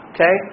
Okay